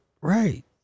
Right